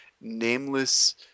nameless